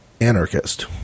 anarchist